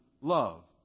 love